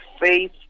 faith